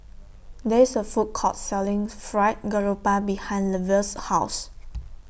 There IS A Food Court Selling Fried Garoupa behind Lavelle's House